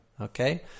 okay